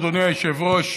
אדוני היושב-ראש,